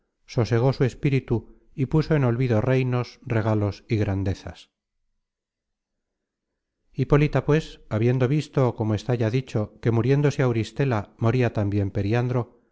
sosegó su espíritu y puso en olvido reinos regalos y grandezas content from google book search generated at hipólita pues habiendo visto como está ya dicho que muriéndose auristela moria tambien periandro